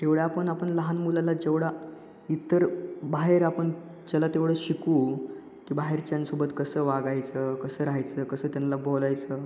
तेवढ्या आपण आपण लहान मुलांना जेवढा इतर बाहेर आपण त्याला तेवढं शिकवू की बाहेरच्यांसोबत कसं वागायचं कसं राहायचं कसं त्यांना बोलायचं